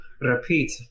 repeat